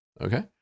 Okay